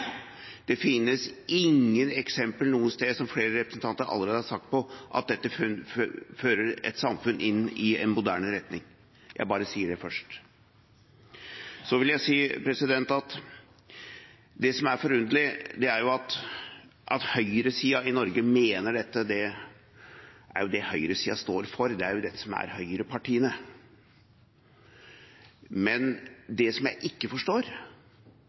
Det finnes ingen eksempler noe sted, som flere representanter allerede har sagt, på at dette fører et samfunn inn i en moderne retning. – Jeg bare sier det først. At høyresida i Norge mener dette – det er jo dette høyresida står for, det er jo dette som er høyrepartiene. Men det som jeg ikke forstår,